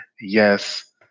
Yes